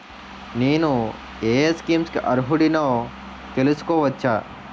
నేను యే యే స్కీమ్స్ కి అర్హుడినో తెలుసుకోవచ్చా?